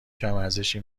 کمارزشی